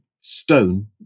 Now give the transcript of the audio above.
stone